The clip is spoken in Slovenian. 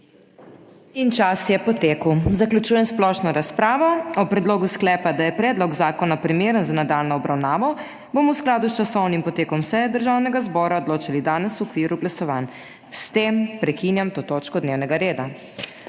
Čas je potekel. Zaključujem splošno razpravo. O predlogu sklepa, da je predlog zakona primeren za nadaljnjo obravnavo, bomo v skladu s časovnim potekom seje Državnega zbora odločali danes v okviru glasovanj. S tem prekinjam to točko dnevnega reda.